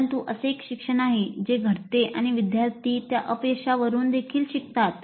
परंतु असे एक शिक्षण आहे जे घडते आणि विद्यार्थी त्या अपयशावरून देखील शिकतात